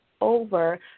over